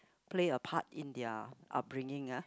play a part in their upbringing ah